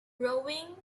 rowing